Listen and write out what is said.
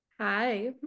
hi